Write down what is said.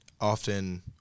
often